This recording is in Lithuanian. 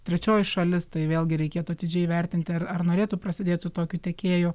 trečioji šalis tai vėlgi reikėtų atidžiai įvertinti ar ar norėtum prasidėt su tokiu tiekėju